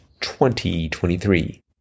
2023